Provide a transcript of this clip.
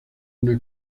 una